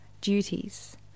duties